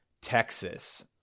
Texas